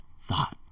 thought